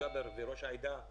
ג'אבר וראש העדה עם